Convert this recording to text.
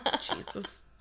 Jesus